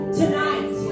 tonight